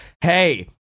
hey